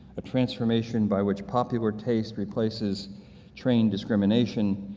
a transformation by which popular taste replaces trained discrimination,